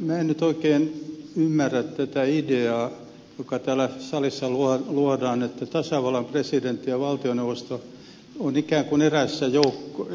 minä en nyt oikein ymmärrä tätä ideaa jota täällä salissa luodaan että tasavallan presidentti ja valtioneuvosto ovat ikään kuin